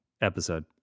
episode